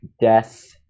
death